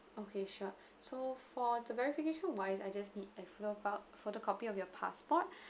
okay sure so for the verification wise I just need a photocopy of your passport